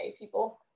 people